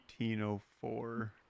1804